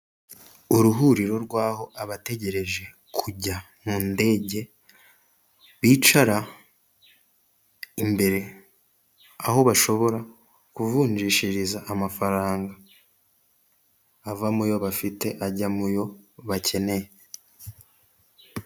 Uruhuriro rwaho abategereje kujya mu ndege bicara imbere aho bashobora kuvunjishiriza amafaranga ava muyo bafite ajya muyo bakeneye.